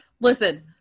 listen